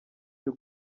cyo